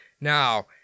Now